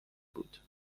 بود